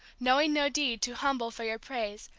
knowing no deed too humble for your praise,